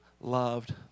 loved